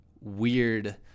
weird